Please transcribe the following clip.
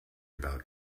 about